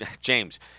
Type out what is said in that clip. James